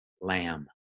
lamb